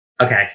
Okay